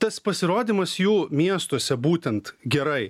tas pasirodymas jų miestuose būtent gerai